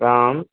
आम्